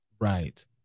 Right